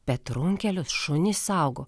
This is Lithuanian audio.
bet runkelius šunys saugo